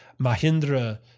Mahindra